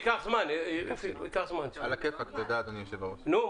אדוני היושב-ראש, הצו נקבע בחוק.